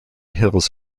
hills